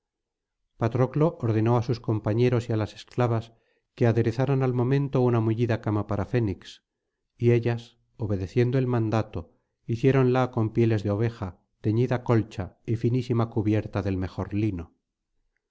patroclo ordenó á sus compañeros y á las esclavas que aderezaran al momento una mullida cama para fénix y ellas obedeciendo el mandato hiciéronla con pieles de oveja teñida colcha y finísima cubierta del mejor lino